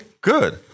good